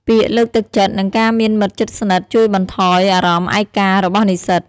ពាក្យលើកទឹកចិត្ត និងការមានមិត្តជិតស្និទ្ធជួយបន្ថយអារម្មណ៍ឯការបស់និស្សិត។